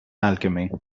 alchemy